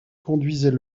conduisait